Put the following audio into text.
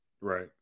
Right